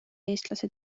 eestlased